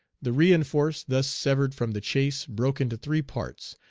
the re-enforce thus severed from the chase broke into three parts,